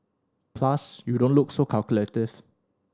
plus you don't look so calculative